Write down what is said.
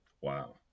Wow